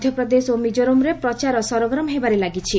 ମଧ୍ୟପ୍ରଦେଶ ଓ ମିକୋରାମ୍ରେ ପ୍ରଚାର ସରଗରମ୍ ହେବାରେ ଲାଗିଛି